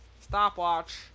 Stopwatch